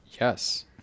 yes